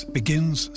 begins